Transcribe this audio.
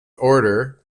order